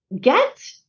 get